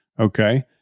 Okay